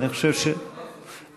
ויושב-ראש הכנסת.